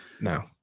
no